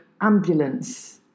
ambulance